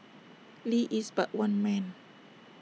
lee is but one man